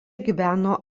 gyveno